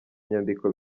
nyandiko